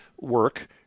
work